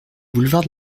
boulevard